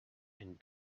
and